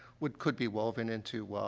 would could be woven into, ah,